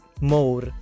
more